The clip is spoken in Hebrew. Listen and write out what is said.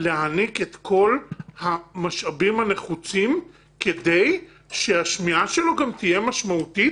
להעניק את כל המשאבים הנחוצים כדי שהשמיעה שלו גם תהיה משמעותית